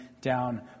down